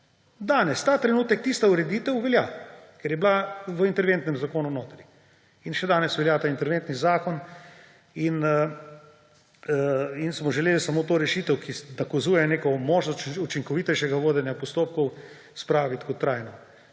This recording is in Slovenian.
Danes, ta trenutek tista ureditev velja, ker je bila v interventnem zakonu notri; in še danes velja ta interventni zakon. In smo želeli samo to rešitev, ki dokazuje neko možnost učinkovitejšega vodenja postopkov, spraviti kot trajno.